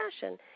fashion